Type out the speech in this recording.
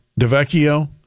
DeVecchio